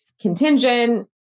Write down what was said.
contingent